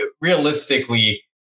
realistically